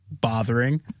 bothering